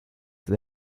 that